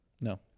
No